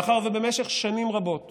מאחר שבמשך שנים רבות